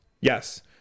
Yes